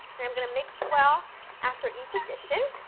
and i am gonna mix well after each addition.